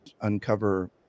uncover